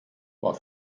war